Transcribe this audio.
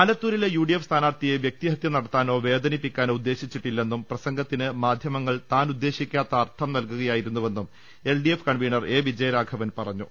ആലത്തൂരിലെ UDF സ്ഥാനാർഥിയെ വൃക്തിഹതൃ നടത്താനോ വേദനിപ്പിക്കാനോ ഉദ്ദേശിച്ചിട്ടില്ലെന്നും പ്രസംഗത്തിന് മാധ്യമങ്ങൾ താനുദ്ദേശിക്കാത്ത അർഥം നൽകുകയായി രുന്നുവെന്നും എൽഡിഎഫ് കൺവീണർ എ വിജയരാഘവൻ പറഞ്ഞു